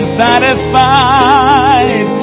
satisfied